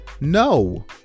No